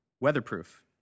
weatherproof